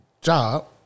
Job